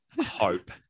hope